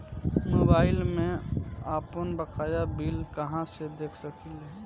Mobile में आपनबकाया bill कहाँसे देख सकिले?